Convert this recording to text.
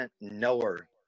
knower